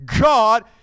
God